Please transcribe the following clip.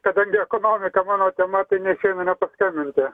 kadangi ekonomika mano tema tai neišeina nepaskambinti